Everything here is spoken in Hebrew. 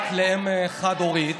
בת לאם חד-הורית,